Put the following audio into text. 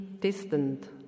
distant